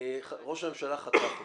ראש הממשלה חתך אותו.